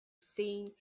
saying